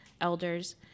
elders